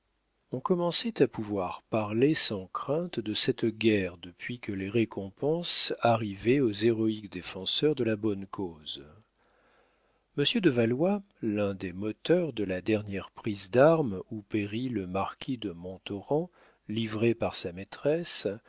on commençait à pouvoir parler sans crainte de cette guerre depuis que les récompenses arrivaient aux héroïques défenseurs de la bonne cause monsieur de valois l'un des moteurs de la dernière prise d'armes où périt le marquis de montauran livré par sa maîtresse